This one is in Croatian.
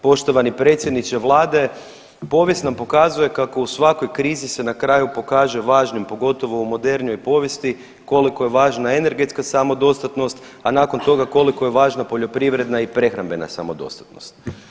Poštovani predsjedniče Vlade, povijest nam pokazuje kako u svakoj krizi se na kraju pokaže važnim, pogotovo u modernijoj povijesti koliko je važna energetska samodostatnost, a nakon toga koliko je važna poljoprivredna i prehrambena samodostatnost.